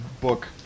book